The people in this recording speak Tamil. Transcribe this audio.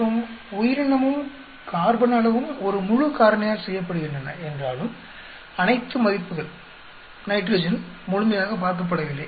மற்றும் உயிரினமும் கார்பன் அளவும் ஒரு முழு காரணியால் செய்யப்படுகின்றன என்றாலும் அனைத்து மதிப்புகள் நைட்ரஜன் முழுமையாகப் பார்க்கப்படவில்லை